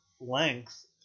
length